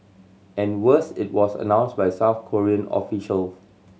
and worse it was announced by a South Korean official